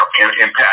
impact